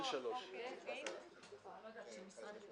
מי שרוצה יוכל לבוא בשעה 17:00 לוועדת הכנסת.